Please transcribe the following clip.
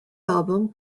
album